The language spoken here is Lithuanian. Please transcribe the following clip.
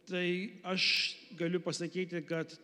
tai aš galiu pasakyti kad